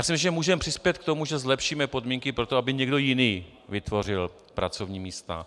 Myslím, že můžeme přispět k tomu, že zlepšíme podmínky pro to, aby někdo jiný vytvořil pracovní místa.